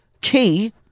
key